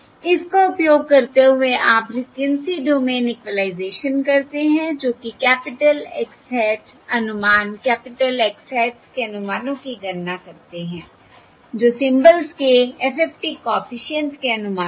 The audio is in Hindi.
इसका उपयोग करते हुए आप फ़्रिक्वेंसी डोमेन इक्विलाइज़ेशन करते हैं जो कि कैपिटल X hat अनुमान कैपिटल X हैट्स के अनुमानों की गणना करते हैं जो सिंबल्स के FFT कॉफिशिएंट्स के अनुमान हैं